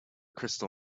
crystal